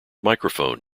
microphone